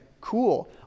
cool